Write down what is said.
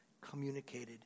communicated